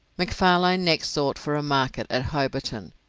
mcfarlane next sought for a market at hobarton,